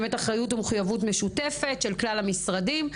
באמת אחריות ומחויבות משותפת של כלל המשרדים,